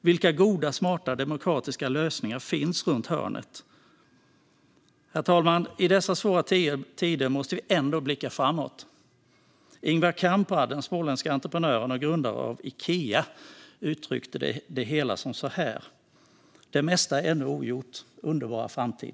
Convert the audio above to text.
Vilka goda, smarta och demokratiska lösningar finns runt hörnet? Herr talman! I dessa svåra tider måste vi ändå blicka framåt. Ingvar Kamprad, den småländske entreprenören och grundaren av Ikea, uttryckte det hela på följande sätt: Det mesta är ännu ogjort - underbara framtid!